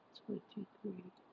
twenty-three